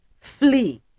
flee